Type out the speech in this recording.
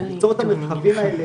ליצור את המרחבים האלה,